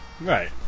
right